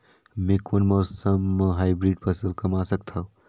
मै कोन मौसम म हाईब्रिड फसल कमा सकथव?